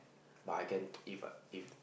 but I can if I if